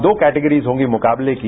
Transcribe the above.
दो कैटेगिरी होगी मुकाबले की